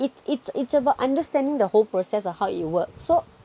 it's it's it's about understanding the whole process of how it works so